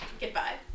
Goodbye